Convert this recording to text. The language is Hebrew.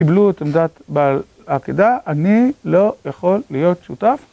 קיבלו את עמדת... בעקידה, אני לא יכול להיות שותף.